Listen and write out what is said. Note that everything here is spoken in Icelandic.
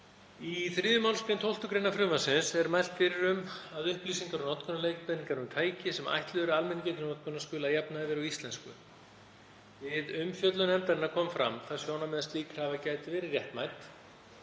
Í 3. mgr. 12. gr. frumvarpsins er mælt fyrir um að upplýsingar og notkunarleiðbeiningar um tæki sem ætluð eru almenningi til notkunar skuli að jafnaði vera á íslensku. Við umfjöllun nefndarinnar kom fram það sjónarmið að slík krafa gæti verið réttmæt